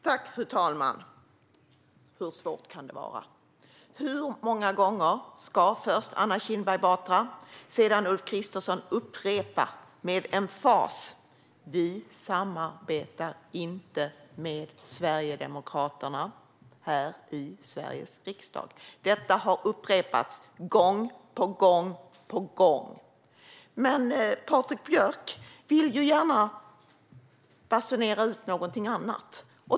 Fru talman! Hur svårt kan det vara? Jag undrar hur många gånger först Anna Kinberg Batra och sedan Ulf Kristersson med emfas ska upprepa: Vi samarbetar inte med Sverigedemokraterna i Sveriges riksdag. Detta har upprepats gång på gång på gång. Men Patrik Björck vill gärna basunera ut någonting annat.